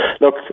look